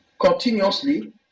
continuously